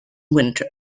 winter